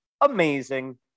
amazing